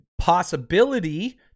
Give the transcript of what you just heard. possibility